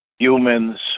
humans